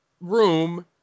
room